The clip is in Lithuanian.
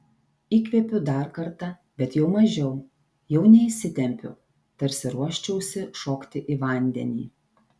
įkvėpiu dar kartą bet jau mažiau jau neįsitempiu tarsi ruoščiausi šokti į vandenį